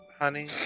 honey